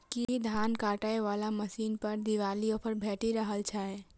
की धान काटय वला मशीन पर दिवाली ऑफर भेटि रहल छै?